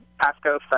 Pasco